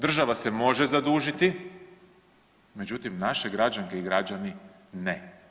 Država se može zadužiti, međutim, naše građanke i građani ne.